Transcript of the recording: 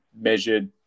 measured